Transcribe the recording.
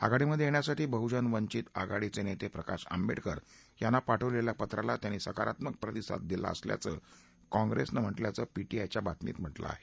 आघाडीमध्ये येण्यासाठी बह्जन वंचित आघाडीचे नेते प्रकाश आंबेडकर यांना पाठवलेल्या पत्राला त्यांनी सकारात्मक प्रतिसाद दिला असल्याचंही काँग्रेसनं म्हटल्याचं पीटीआय च्या बातमीत म्हटलं आहे